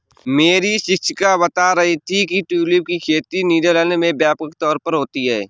मेरी शिक्षिका बता रही थी कि ट्यूलिप की खेती नीदरलैंड में व्यापक तौर पर होती है